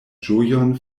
ĝojon